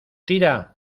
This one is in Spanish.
tira